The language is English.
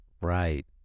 Right